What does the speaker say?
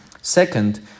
Second